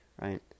right